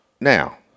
now